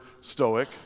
Stoic